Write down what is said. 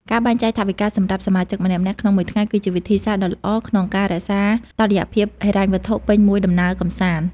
ការបែងចែកថវិកាសម្រាប់សមាជិកម្នាក់ៗក្នុងមួយថ្ងៃ គឺជាវិធីសាស្ត្រដ៏ល្អក្នុងការរក្សាតុល្យភាពហិរញ្ញវត្ថុពេញមួយដំណើរកម្សាន្ត។